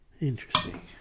Interesting